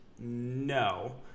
No